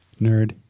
Nerd